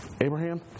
Abraham